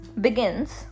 begins